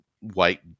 white